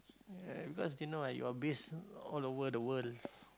uh because you know ah you are based all over the world